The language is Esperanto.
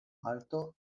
malto